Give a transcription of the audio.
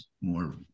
more